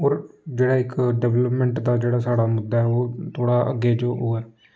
होर जेहड़ा इक डिवैल्पमैंट दा जेह्ड़ा साढ़ा मुद्दा ऐ ओह् थोह्ड़ा अग्गें जो होऐ